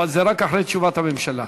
אבל זה רק אחרי תשובת הממשלה.